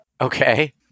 Okay